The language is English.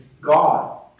God